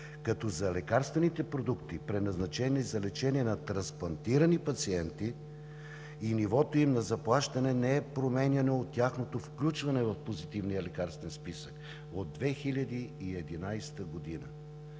като за лекарствените продукти, предназначени за лечение на трансплантирани пациенти, нивото им на заплащане не е променяно от тяхното включване в Позитивния лекарствен списък – от 2011 г.